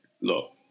Look